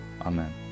Amen